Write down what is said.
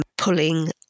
pulling